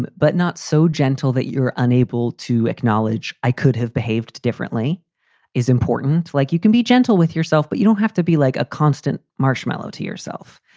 but not so gentle that you're unable to acknowledge i could have behaved differently is important. like you can be gentle with yourself. but you don't have to be like a constant marshmallow to yourself.